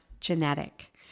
genetic